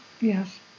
yes